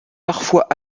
parfois